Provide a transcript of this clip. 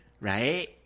Right